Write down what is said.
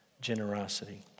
Generosity